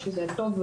זה טוב,